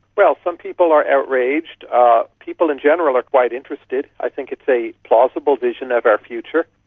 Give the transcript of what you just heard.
well, some people are outraged. ah people in general are quite interested. i think it's a plausible vision of our future.